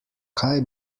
kaj